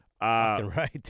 Right